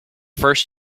first